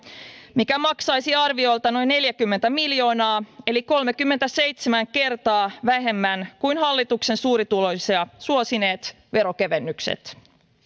mikä maksaisi arviolta noin neljäkymmentä miljoonaa eli kolmekymmentäseitsemän kertaa vähemmän kuin hallituksen suurituloisia suosineet verokevennykset